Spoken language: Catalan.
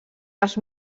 els